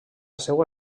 seva